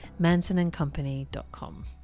MansonandCompany.com